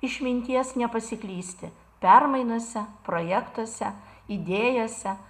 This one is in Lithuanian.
išminties nepasiklysti permainose projektuose idėjose